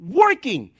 working